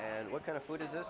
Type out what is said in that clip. and what kind of food is